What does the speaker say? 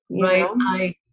Right